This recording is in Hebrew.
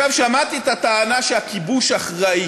עכשיו, שמעתי את הטענה שהכיבוש אחראי.